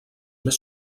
més